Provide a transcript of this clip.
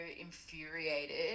infuriated